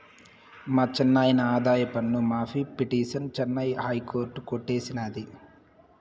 మా చిన్నాయిన ఆదాయపన్ను మాఫీ పిటిసన్ చెన్నై హైకోర్టు కొట్టేసినాది